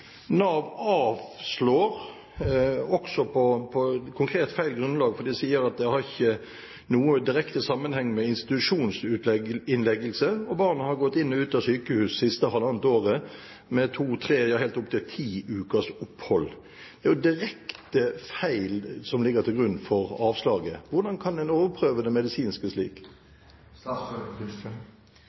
Nav avslår på et konkret feil grunnlag, for de sier at det har ikke noen direkte sammenheng med institusjonsinnleggelse. Barnet har gått inn og ut av sykehus det siste halvannet år, med to, tre og helt opp til ti ukers opphold. Det er en direkte feil som ligger til grunn for avslaget. Hvordan kan en overprøve det medisinske